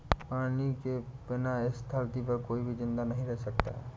पानी के बिना इस धरती पर कोई भी जिंदा नहीं रह सकता है